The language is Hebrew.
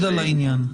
היישום,